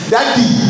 Daddy